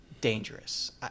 dangerous